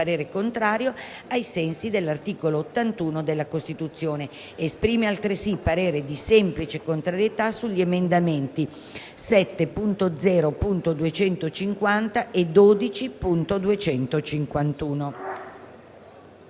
parere è contrario, ai sensi dell'articolo 81 della Costituzione. Esprime altresì parere di semplice contrarietà sugli emendamenti 7.0.254 e 12.251».